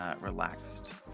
relaxed